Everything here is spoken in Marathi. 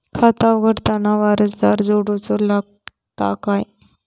खाता उघडताना वारसदार जोडूचो लागता काय?